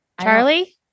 Charlie